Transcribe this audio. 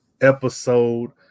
episode